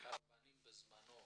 מהקרוואנים בזמנו,